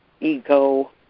ego